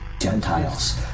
Gentiles